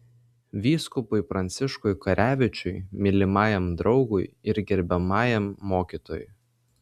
vyskupui pranciškui karevičiui mylimajam draugui ir gerbiamajam mokytojui